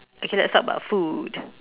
okay let's talk about food